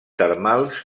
termals